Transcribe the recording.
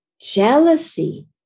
jealousy